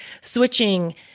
switching